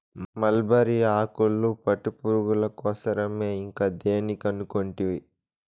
mulberry ఆకులు పట్టుపురుగుల కోసరమే ఇంకా దేని కనుకుంటివి